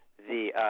the